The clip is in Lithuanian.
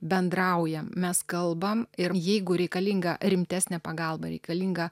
bendraujam mes kalbam ir jeigu reikalinga rimtesnė pagalba reikalinga